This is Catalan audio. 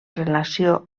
relació